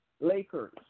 Lakers